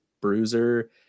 bruiser